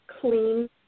clean